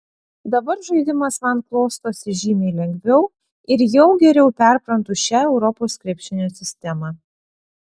dabar žaidimas man klostosi žymiai lengviau ir jau geriau perprantu šią europos krepšinio sistemą